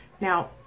Now